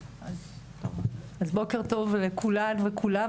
בוקר טוב לכולם וכולן,